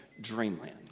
Dreamland